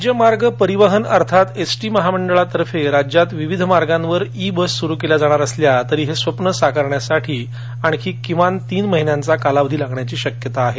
राज्य मार्ग परिवहन अर्थात एस टी महामंडळातर्फे राज्यातील विविध मार्गावर ई बस सुरु केल्या जाणार असल्या तरी हे स्वप्न प्रत्यक्षात येण्यासाठी आणखी किमान तीन महिन्यांचा कालावधी लागण्याची शक्यता आहे